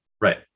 Right